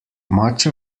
much